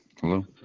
Hello